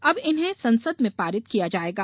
अब इन्हे संसद में पारित किया जायेगा